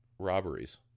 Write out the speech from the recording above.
Robberies